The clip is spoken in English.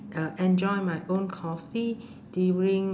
uh enjoy my own coffee during